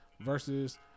versus